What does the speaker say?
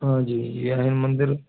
हांंजी इहे आहिनि मंदर